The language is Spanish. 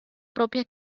propia